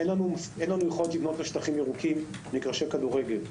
אין לנו יכולת לבנות בשטחים ירוקים מגרשי כדורגל.